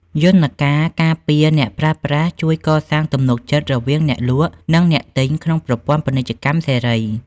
យន្តការការពារអ្នកប្រើប្រាស់ជួយកសាងទំនុកចិត្តរវាងអ្នកលក់ និងអ្នកទិញក្នុងប្រព័ន្ធពាណិជ្ជកម្មសេរី។